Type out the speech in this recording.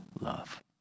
love